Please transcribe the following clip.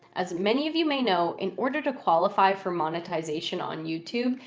as many of you may know, in order to qualify for monetization on youtube,